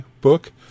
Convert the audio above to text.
book